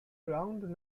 round